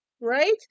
Right